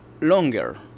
longer